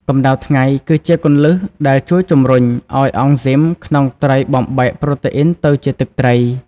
កំដៅថ្ងៃ គឺជាគន្លឹះដែលជួយជំរុញឱ្យអង់ស៊ីមក្នុងត្រីបំបែកប្រូតេអ៊ីនទៅជាទឹកត្រី។